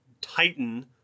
Titan